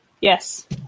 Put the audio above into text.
Yes